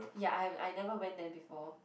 ya I've I never went there before